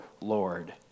Lord